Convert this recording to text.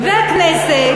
הכנסת,